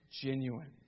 genuine